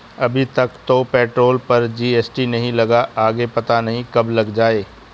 अभी तक तो पेट्रोल पर जी.एस.टी नहीं लगा, आगे पता नहीं कब लग जाएं